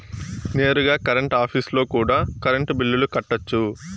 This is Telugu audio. నేరుగా కరెంట్ ఆఫీస్లో కూడా కరెంటు బిల్లులు కట్టొచ్చు